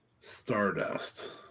Stardust